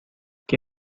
que